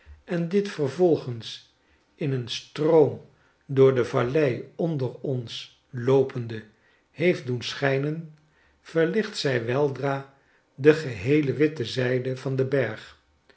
en dit vervolgens in een stroom door devallei onder ons loopende heeft doen schijnen verlicht zij weldra de geheele witte zijde van den berg